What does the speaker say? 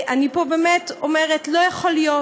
אני פה באמת אומרת: לא יכול להיות